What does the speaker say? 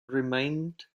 remained